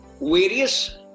various